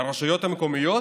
לרשויות המקומיות